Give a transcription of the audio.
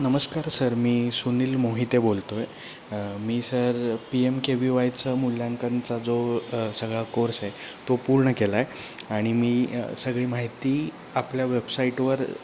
नमस्कार सर मी सुनील मोहिते बोलतो आहे मी sir P M K V वायचा मूल्यांकनचा जो सगळा कोर्स आहे तो पूर्ण केला आहे आणि मी सगळी माहिती आपल्या वेबसाईटवर